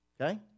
okay